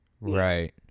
Right